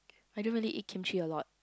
I don't really eat kimchi a lot